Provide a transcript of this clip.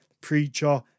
Preacher